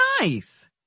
nice